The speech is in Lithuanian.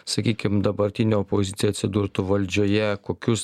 sakykim dabartinė opozicija atsidurtų valdžioje kokius